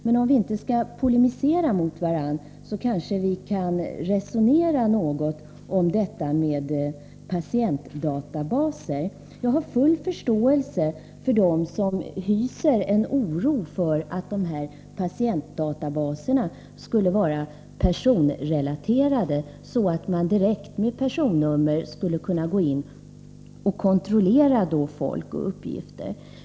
Men om vi inte skall polemisera mot varandra, kanske vi kan resonera något om detta med patientdatabaser. Jag har full förståelse för dem som hyser oro för att patientdatabaserna skulle vara personrelaterade, så att man direkt med personnummer skulle kunna gå in och kontrollera människors uppgifter.